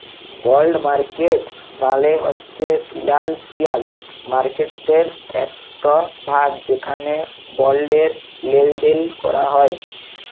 বল্ড market মালে হছে financial মার্কেটটর একট ভাগ যেখালে বল্ডের লেলদেল ক্যরা হ্যয়